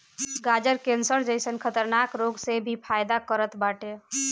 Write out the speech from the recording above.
गाजर कैंसर जइसन खतरनाक रोग में भी फायदा करत बाटे